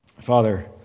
Father